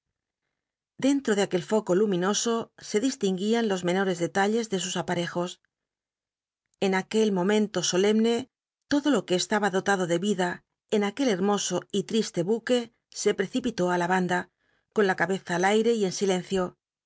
dentro de aquel foco luminoso se distinguían los mcnoi'cs detalles de sus apa cjos en aquel momento solemne lodo lo que estaba dotado de rida en aquel hcmoso y triste buque se precipitó i la banda con la cabeza al aire y en silencio